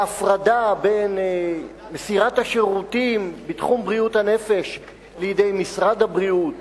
וההפרדה של מסירת השירותים בתחום בריאות הנפש לידי משרד הבריאות